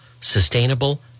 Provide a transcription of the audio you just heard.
sustainable